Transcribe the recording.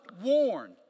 warn